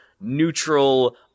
neutral